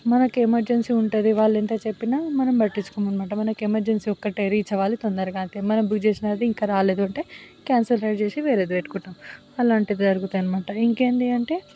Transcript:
మనకి ఎమర్జెన్సీ ఉంటుంది వాళ్ళు ఎంత చెప్పినా మనం పట్టించుకోము అన్నమాట మనకి ఎమర్జెన్సీ ఒక్కటే రీచ్ అవ్వాలి తొందరగా అంతే మనం బుక్ చేసినది ఇంకా రాలేదు అంటే క్యాన్సల్ రైడ్ చేసి వేరేది పెట్టుకుంటాము అలాంటివి జరుగుతాయి అన్నమాట ఇంకేంటి అంటే